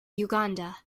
uganda